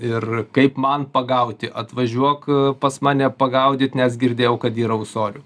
ir kaip man pagauti atvažiuok pas mane pagaudyt nes girdėjau kad yra ūsorių